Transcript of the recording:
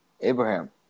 Abraham